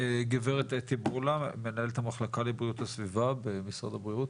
גברת אתי בורלא מנהלת המחלקה לבריאות הסביבה במשרד הבריאות.